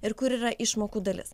ir kur yra išmokų dalis